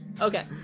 Okay